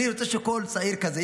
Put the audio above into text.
אני רוצה שכל צעיר כזה,